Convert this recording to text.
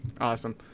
Awesome